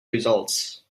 results